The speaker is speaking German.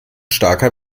starker